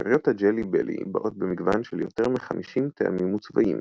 סוכריות הג'לי בלי באות במגוון של יותר מ-50 טעמים וצבעים.